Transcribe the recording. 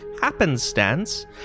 happenstance